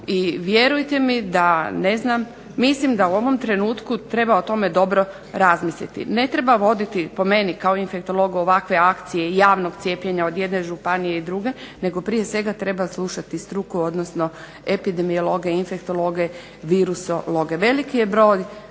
i vjerujte mi da ne znam, mislim da u ovom trenutku treba o tome dobro razmisliti. Ne treba voditi, po meni kao infektologu, ovakve akcije javnog cijepljenja od jedne županije i druge nego prije svega treba slušati struku, odnosno epidemiologe i infektologe, virusologe. Veliki je broj